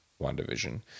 WandaVision